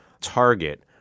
target